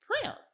prayer